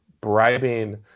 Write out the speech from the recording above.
bribing